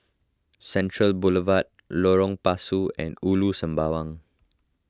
Central Boulevard Lorong Pasu and Ulu Sembawang